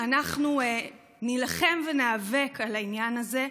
אנחנו נילחם וניאבק על העניין הזה,